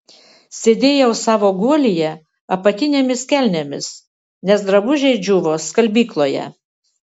sėdėjau savo guolyje apatinėmis kelnėmis nes drabužiai džiūvo skalbykloje